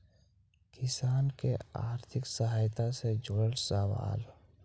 किसान के आर्थिक सहायता से जुड़ल सवाल?